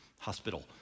hospital